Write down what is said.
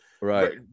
Right